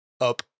up